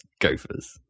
Gophers